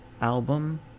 album